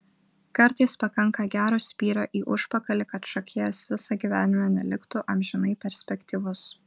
kartais pakanka gero spyrio į užpakalį kad šokėjas visą gyvenimą neliktų amžinai perspektyvus